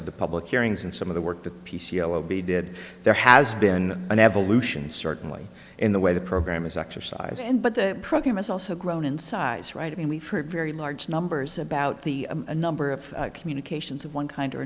of the public hearings and some of the work that p c l o b did there has been an evolution certainly in the way the program is exercised and but the program has also grown in size right i mean we've heard very large numbers about the a number of communications of one kind or